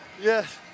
Yes